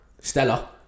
Stella